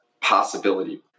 possibility